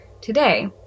today